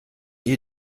ihr